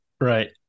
Right